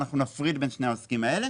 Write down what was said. אנחנו נפריד בין שני העוסקים האלה.